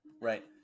Right